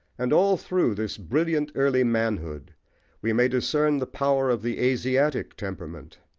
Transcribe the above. and all through this brilliant early manhood we may discern the power of the asiatic temperament,